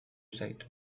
zait